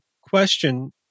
question